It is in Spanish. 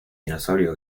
dinosaurio